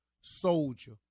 soldier